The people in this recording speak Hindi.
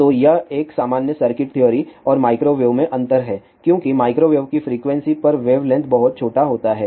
तो यह एक सामान्य सर्किट थ्योरी और माइक्रोवेव में अंतर है क्योंकि माइक्रोवेव की फ्रीक्वेंसी पर वेवलेंथ बहुत छोटा होता है